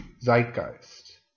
zeitgeist